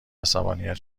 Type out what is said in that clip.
عصبانیت